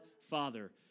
Father